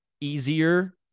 easier